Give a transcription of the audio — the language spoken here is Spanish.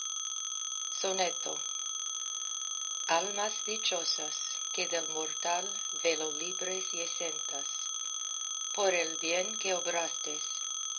soneto almas dichosas que del mortal velo libres y esentas por el bien que obrastes desde